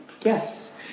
Yes